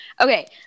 Okay